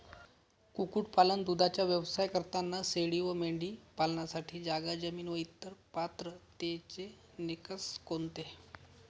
कुक्कुटपालन, दूधाचा व्यवसाय करताना शेळी व मेंढी पालनासाठी जागा, जमीन व इतर पात्रतेचे निकष कोणते?